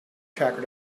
tracker